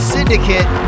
Syndicate